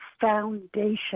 foundation